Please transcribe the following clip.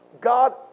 God